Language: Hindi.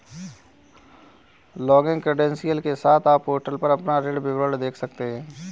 लॉगिन क्रेडेंशियल के साथ, आप पोर्टल पर अपना ऋण विवरण देख सकते हैं